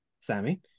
Sammy